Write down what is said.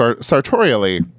sartorially